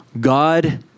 God